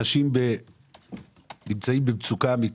אנשים במצוקה אמיתית.